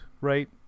right